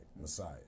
Messiah